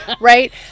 right